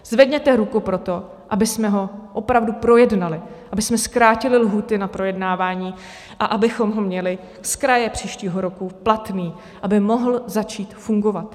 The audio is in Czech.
Zvedněte ruku pro to, abychom ho opravdu projednali, abychom zkrátili lhůty na projednávání a abychom ho měli zkraje příštího roku platný, aby mohl začít fungovat.